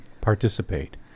participate